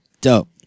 dope